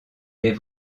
des